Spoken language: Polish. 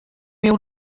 miał